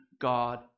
God